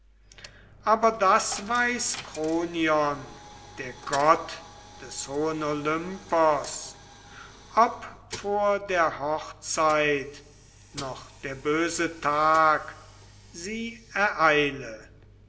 aber das weiß kronion der gott des hohen olympos ob vor der hochzeit noch der böse tag sie ereile